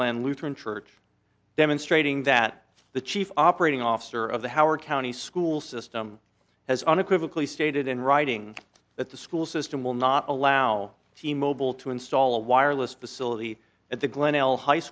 lutheran church demonstrating that the chief operating officer of the howard county school system has unequivocally stated in writing that the school system will not allow the mobile to install a wireless facility at the glendale high